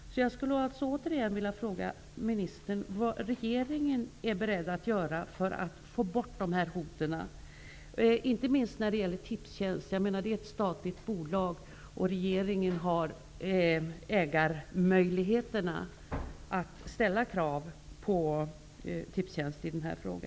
Jag skulle återigen vilja fråga ministern vad regeringen är beredd att göra för att få bort hoten, inte minst när det gäller Tipstjänst. Det är ett statligt bolag, och regeringen har möjligheterna att ställa krav på Tipstjänst i denna fråga.